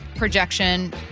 Projection